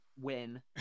win